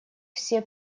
все